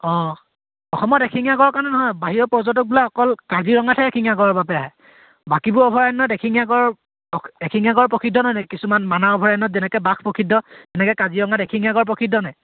অঁ অসমত এশিঙীয়া গঁড়ৰ কাৰণে নহয় বাহিৰৰ পৰ্যটকবিলাক অকল কাজিৰঙাতহে এশিঙীয়া গঁড়ৰ বাবে আহে বাকীবোৰ অভয়াৰণ্যত এশিঙীয়া গঁড় এশিঙীয়া গঁড় প্ৰসিদ্ধনে কিছুমান মানাহ অভয়াৰণ্য়ত যেনেকৈ বাঘ প্ৰসিদ্ধ তেনেকৈ কাজিৰঙাত এশিঙীয়া গঁঢ় প্ৰসিদ্ধনে